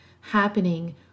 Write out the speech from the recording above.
happening